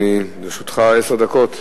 לרשותך עשר דקות.